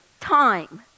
Time